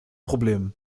problem